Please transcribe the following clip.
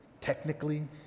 technically